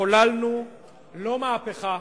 חוללנו לא מהפכה,